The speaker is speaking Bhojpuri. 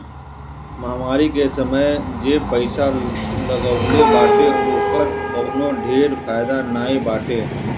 महामारी के समय जे पईसा लगवले बाटे ओकर कवनो ढेर फायदा नाइ बाटे